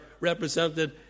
represented